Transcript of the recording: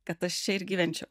kad aš čia ir gyvenčiau